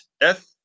death